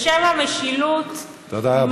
בשם המשילות, תודה רבה.